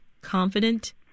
confident